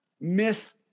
myth